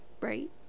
right